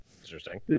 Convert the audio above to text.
Interesting